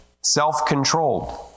self-controlled